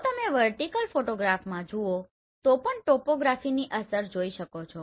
જો તમે વર્ટીકલ ફોટોગ્રાફમાં જુઓ તો પણ ટોપોગ્રાફીની અસર જોઈ શકો છો